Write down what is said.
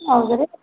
ಹೌದಾ ರಿ